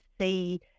see